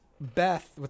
Beth